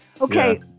okay